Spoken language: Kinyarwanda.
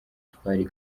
twari